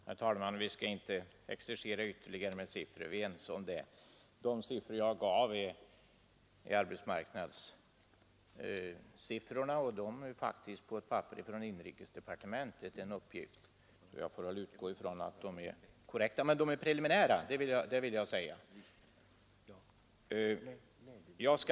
Herr talman! Vi skall inte exercera ytterligare med siffror, vi är överens om det. De siffror jag gav är arbetsmarknadssiffrorna. De är faktiskt hämtade från ett papper från inrikesdepartementet, och jag får väl utgå ifrån att de är korrekta. De är dock, det vill jag säga, preliminära.